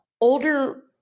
older